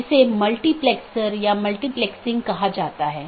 update message मूल रूप से BGP साथियों के बीच से रूटिंग जानकारी है